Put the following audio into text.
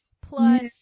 Plus